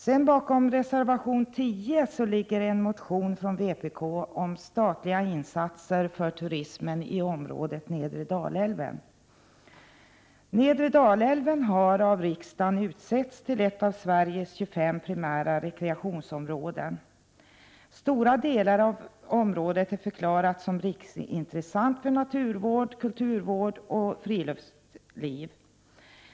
Reservation 10 har tillkommit med anledning av en motion från vpk om statliga insatser för turismen i området nedre Dalälven. Nedre Dalälven har av riksdagen utsetts till ett av Sveriges 25 primära rekreationsområden. Stora delar av området är förklarat som riksintressant för naturvård, kulturvård och friluftsliv.